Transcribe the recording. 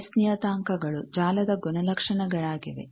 ಈಗ ಎಸ್ ನಿಯತಾಂಕಗಳು ಜಾಲದ ಗುಣಲಕ್ಷಣಗಳಾಗಿವೆ